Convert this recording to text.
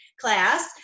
class